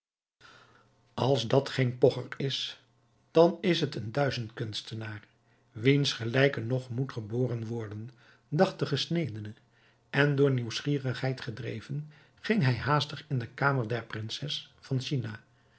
als dat geen pogcher is dan is het een duizend kunstenaar wiens gelijke nog moet geboren worden dacht de gesnedene en door nieuwsgierigheid gedreven ging hij haastig in de kamer der prinses van china